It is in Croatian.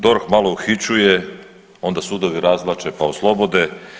DORH malo uhićuje, onda sudovi razvlače pa oslobode.